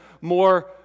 more